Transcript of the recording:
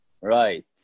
right